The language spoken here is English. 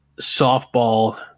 softball